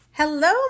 Hello